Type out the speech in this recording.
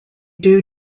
due